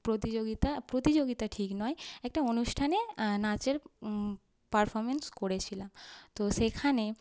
প্রতিযোগিতা প্রতিযোগিতা ঠিক নয় একটা অনুষ্ঠানে নাচের পারফরম্যান্স করেছিলাম তো সেখানে